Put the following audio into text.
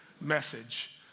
message